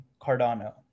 Cardano